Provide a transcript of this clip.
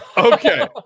Okay